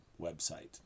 website